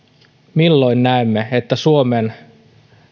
milloin näemme että suomen